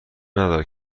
ندارد